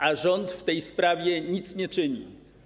A rząd w tej sprawie nic nie czyni.